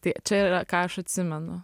tai čia yra ką aš atsimenu